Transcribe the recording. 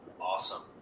Awesome